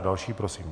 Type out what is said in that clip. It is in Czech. Další prosím.